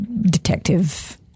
detective